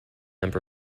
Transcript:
number